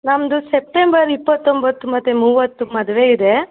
ನಮ್ಮದು ಸೆಪ್ಟೆಂಬರ್ ಇಪ್ಪತ್ತೊಂಬತ್ತು ಮತ್ತು ಮೂವತ್ತು ಮದುವೆ ಇದೆ